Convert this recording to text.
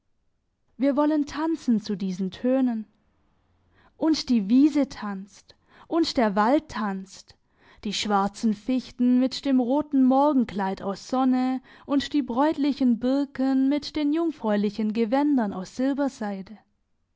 wir wollen tanzen zu diesen tönen und die wiese tanzt und der wald tanzt die schwarzen fichten mit dem roten morgenkleid aus sonne und die bräutlichen birken mit den jungfräulichen gewändern aus